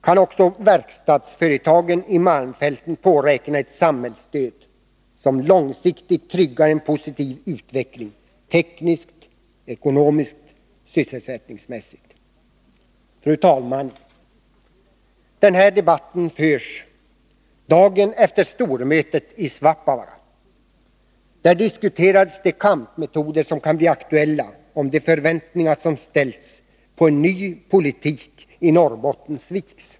Kan också verkstadsföretagen i malmfälten påräkna ett samhällsstöd som långsiktigt tryggar en positiv utveckling tekniskt, ekonomiskt, sysselsättningsmässigt? Fru talman! Den här debatten förs dagen efter stormötet i Svappavaara. Där diskuterades de kampmetoder som kan bli aktuella om de förväntningar som ställts på en ny politik i Norrbotten sviks.